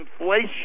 inflation